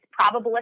probabilistic